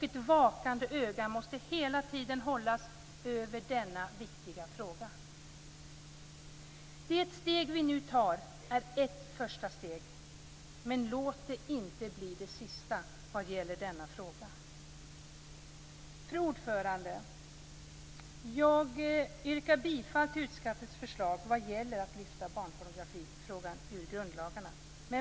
Ett vakande öga måste hela tiden hållas på denna viktiga fråga. Det steg vi nu tar är ett första steg, men låt det inte bli det sista vad gäller denna fråga. Fru talman! Jag yrkar bifall till utskottets förslag vad gäller att lyfta barnpornografifrågan ur grundlagarna.